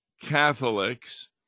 Catholics